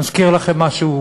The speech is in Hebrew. מזכיר לכם משהו?